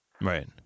right